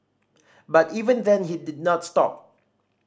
but even then he did not stop